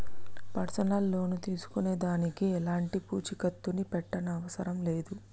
personal loan తీసుకునే దానికి ఎలాంటి పూచీకత్తుని పెట్టనవసరం లేదు